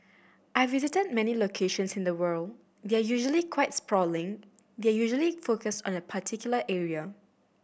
I visited many locations in the world they're usually quite sprawling they're usually focused on a particular area